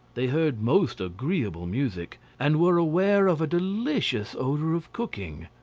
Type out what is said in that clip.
they heard most agreeable music, and were aware of a delicious odour of cooking.